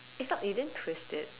it's not you didn't twist it